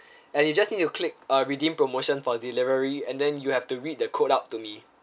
and you just need to click uh redeem promotion for the delivery and then you have to read the code out to me